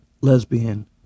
lesbian